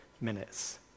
minutes